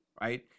right